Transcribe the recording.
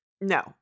No